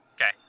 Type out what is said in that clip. Okay